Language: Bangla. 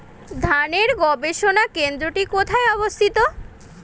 ধানের গবষণা কেন্দ্রটি কোথায় অবস্থিত?